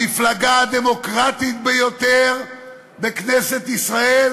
המפלגה הדמוקרטית ביותר בכנסת ישראל